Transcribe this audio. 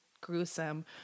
gruesome